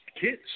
kids